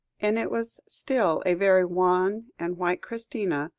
and it was still a very wan and white christina,